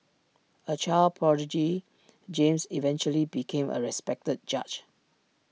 A child prodigy James eventually became A respected judge